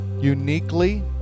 uniquely